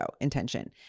intention